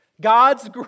God's